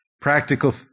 Practical